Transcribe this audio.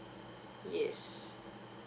yes